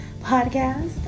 Podcast